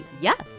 Yes